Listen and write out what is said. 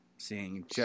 Seeing